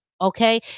okay